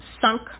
sunk